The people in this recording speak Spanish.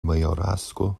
mayorazgo